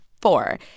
four